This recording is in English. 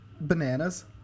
bananas